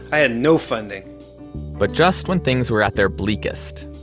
i had no funding but just when things were at their bleakest,